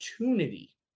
opportunity